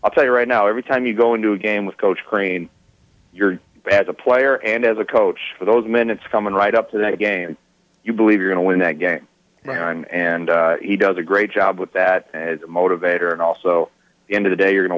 i'll tell you right now every time you go into a game with coach crane you're as a player and as a coach for those minutes coming right up to that game you believe you're going to win that game and he does a great job with that as a motivator and also the end of the day you're go